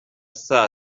saa